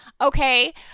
Okay